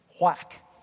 Whack